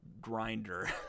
grinder